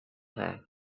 her